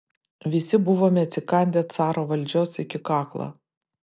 visi buvome atsikandę caro valdžios iki kaklo